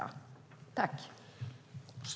Punkt slut.